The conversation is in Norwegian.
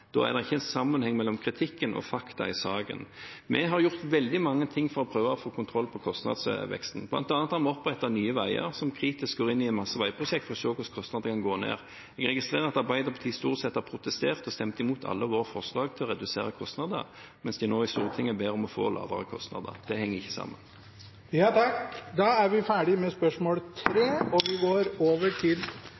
ikke en sammenheng mellom kritikken og fakta i saken. Vi har gjort veldig mye for å prøve å få kontroll på kostnadsveksten. Blant annet har vi opprettet Nye Veier, som går kritisk inn i mange prosjekter for å se hvordan kostnadene kan gå ned. Jeg registrerer at Arbeiderpartiet stort sett har protestert og stemt imot alle våre forslag til å redusere kostnader, mens de nå i Stortinget ber om å få lavere kostnader. Det henger ikke sammen. «Tidligere var det praksis med